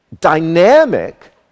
dynamic